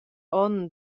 onn